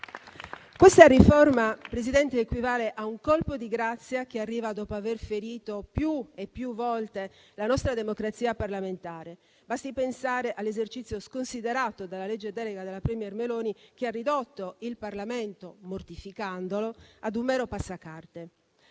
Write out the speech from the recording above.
Presidente, equivale a un colpo di grazia che arriva dopo aver ferito più e più volte la nostra democrazia parlamentare. Basti pensare all'esercizio sconsiderato della legge delega della *premier* Meloni, che, modificandolo, ha ridotto il Parlamento a un mero passacarte.